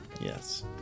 yes